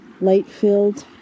Light-filled